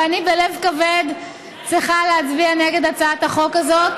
ואני בלב כבד צריכה להצביע נגד הצעת החוק הזאת.